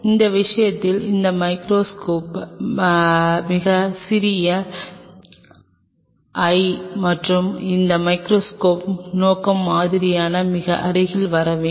இந்த விஷயத்தில் இந்த மைக்ரோ மைக்ரோஸ்கோப் இது மிகச் சிறிய l மற்றும் இந்த மைகிரோஸ்கோப் நோக்கம் மாதிரிக்கு மிக அருகில் வர வேண்டும்